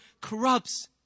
corrupts